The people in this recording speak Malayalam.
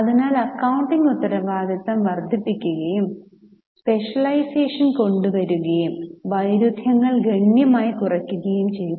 അതിനാൽ അക്കൌണ്ടിംഗ് ഉത്തരവാദിത്തം വർദ്ധിപ്പിക്കുകയും സ്പെഷ്യലൈസേഷൻ കൊണ്ടുവരികയും വൈരുദ്ധ്യങ്ങൾ ഗണ്യമായി കുറയ്ക്കുകയും ചെയ്തു